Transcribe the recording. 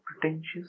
pretentious